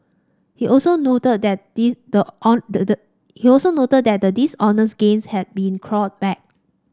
he also noted that the he also noted that the dishonest gains had been clawed back